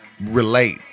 Relate